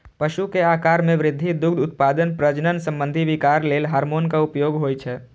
पशु के आाकार मे वृद्धि, दुग्ध उत्पादन, प्रजनन संबंधी विकार लेल हार्मोनक उपयोग होइ छै